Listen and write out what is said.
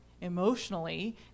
emotionally